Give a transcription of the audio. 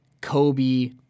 Kobe